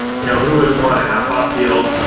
you know, who wouldn't want a half-off deal,